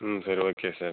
ம் சரி okay sir